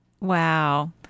Wow